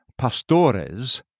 pastores